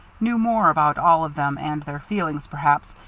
knew more about all of them and their feelings, perhaps,